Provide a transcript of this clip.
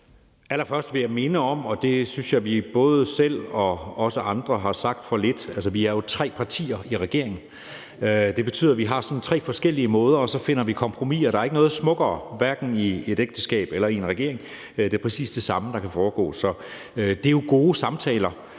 Allerførst vil jeg minde om, og det synes jeg vi både selv og andre har sagt for lidt om – altså, vi er jo tre partier i regeringen – nemlig at vi har tre forskellige måder at se det på, og så finder vi kompromiser; der er ikke noget smukkere hverken i et ægteskab eller i en regering. Det er præcis det samme, der kan foregå. Så det er jo gode samtaler,